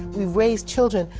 we raised children.